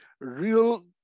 real